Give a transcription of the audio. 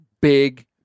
big